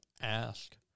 ask